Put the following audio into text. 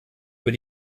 über